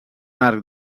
arc